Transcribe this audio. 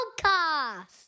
podcast